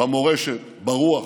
במורשת, ברוח.